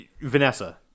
vanessa